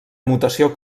mutació